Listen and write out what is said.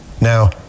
Now